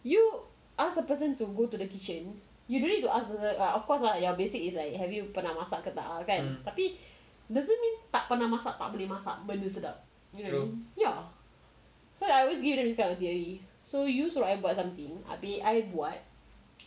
you ask the person to go to the kitchen you don't need to ask for that lah of course [lah]basic is like have you pernah masak ke tak lah kan tapi doesn't mean tak pernah masak tak boleh masak benda sedap you know what I mean ya so I always give them this kind of theory so you suruh I buat something